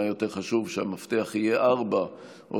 מה יהיה יותר חשוב שהמפתח יהיה 4 או